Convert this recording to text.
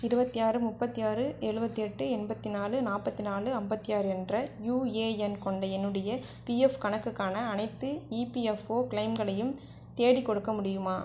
இருபத்தி ஆறு முப்பத்தி ஆறு எழுபத்தெட்டு எண்பத்தி நாலு நாற்பத்தி நாலு ஐம்பத்தி ஆறு என்ற யூஏஎன் கொண்ட என்னுடைய பிஎஃப் கணக்குக்கான அனைத்து இபிஎஃப்ஓ கிளெய்ம்களையும் தேடிக்கொடுக்க முடியுமா